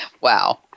Wow